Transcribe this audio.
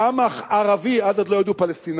והעם הערבי, אז עוד לא ידעו פלסטיני,